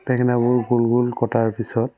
বেঙেনাবোৰ গোল গোল কটাৰ পিছত